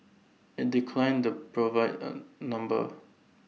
IT declined to provide A number